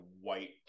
white